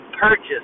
purchase